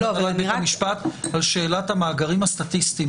עם בית משפט על שאלת המאגרים הסטטיסטיים